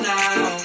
now